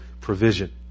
provision